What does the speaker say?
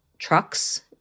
Trucks